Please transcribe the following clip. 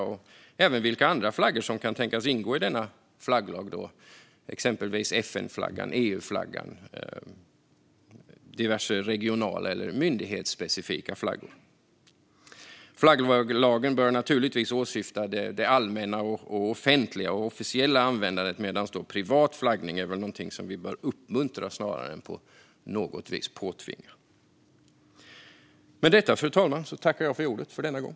Det gäller även vilka andra flaggor som kan tänkas ingå i denna flagglag, exempelvis FN-flaggan eller EU-flaggan samt diverse regionala eller myndighetsspecifika flaggor. Flagglagen bör naturligtvis åsyfta det allmänna offentliga och officiella användandet medan privat flaggning är någonting som vi bör uppmuntra snarare än på något vis påtvinga. Med detta, fru talman, tackar jag för ordet för denna gång.